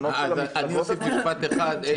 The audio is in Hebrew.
אוסיף משפט אחד.